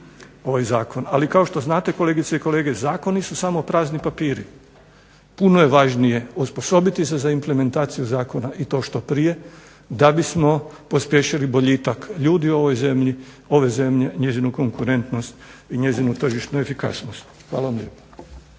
ovaj zakon. Ali kao što znate kolegice i kolege zastupnici, zakoni su samo prazni papiri. Puno je važnije osposobiti se za implementaciju zakona i to što prije da bismo pospješili boljitak u ovoj zemlji, ove zemlje, njezinu konkurentnost i njezinu tržišnu efikasnost. Hvala lijepo.